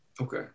okay